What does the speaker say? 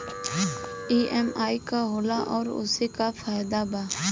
EMI का होला और ओसे का फायदा बा?